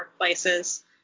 workplaces